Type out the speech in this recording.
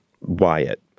Wyatt